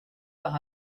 par